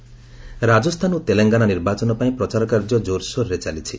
ଇଲେକ୍ନନ ରାଜସ୍ଥାନ ଓ ଡେଲେଙ୍ଗାନା ନିର୍ବାଚନ ପାଇଁ ପ୍ରଚାରକାର୍ଯ୍ୟ ଜୋର୍ସୋର୍ରେ ଚାଲିଛି